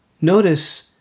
Notice